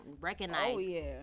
recognize